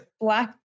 Black